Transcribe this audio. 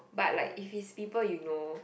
but like if it's people you know